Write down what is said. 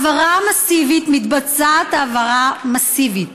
מתבצעות העברה מסיבית